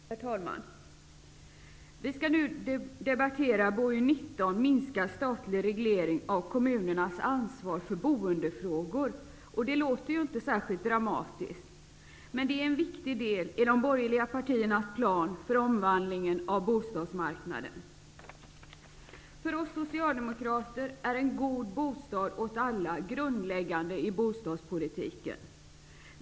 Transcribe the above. Herr talman! Vi skall nu debattera BoU19, Minskad statlig reglering av kommunernas ansvar för boendefrågor. Det låter inte särskilt dramatiskt, men det är en viktig del i de borgerliga partiernas plan för omvandlingen av bostadsmarknaden. För oss socialdemokrater är en god bostad åt alla grundläggande i bostadspolitiken.